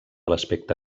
l’aspecte